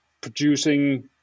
producing